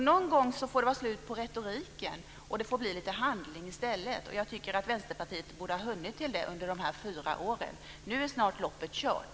Någon gång får det vara slut på retoriken och bli lite handling i stället. Jag tycker att Vänsterpartiet borde ha hunnit till det under dessa fyra år. Nu är snart loppet kört.